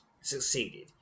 Succeeded